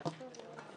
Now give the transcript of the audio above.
הקראה.